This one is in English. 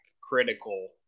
critical